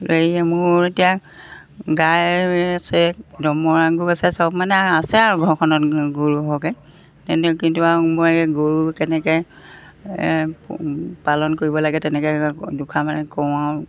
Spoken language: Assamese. এই মোৰ এতিয়া গাই আছে দমৰা গৰু আছে সব মানে আছে আৰু ঘৰখনত গৰু সৰহকৈ তেন্তে কিন্তু আৰু মই এই গৰু কেনেকৈ পালন কৰিব লাগে তেনেকৈ দুষাৰ মানে কওঁ আৰু